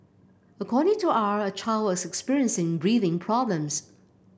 according to R a child was experiencing breathing problems